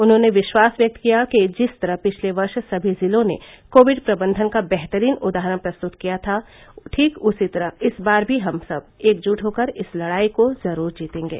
उन्होंने विश्वास व्यक्त किया कि जिस तरह पिछले वर्ष समी जिलों ने कोविड प्रबंधन का बेहतरीन उदाहरण प्रस्तुत किया था ठीक उसी तरह इस बार भी हम सब एकजुट होकर इस लड़ाई को जरूर जीतेंगे